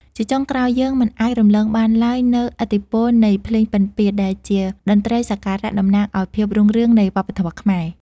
ជាចុងក្រោយ យើងមិនអាចរំលងបានឡើយនូវឥទ្ធិពលនៃភ្លេងពិណពាទ្យ ដែលជាតន្ត្រីសក្ការៈតំណាងឱ្យភាពរុងរឿងនៃវប្បធម៌ខ្មែរ។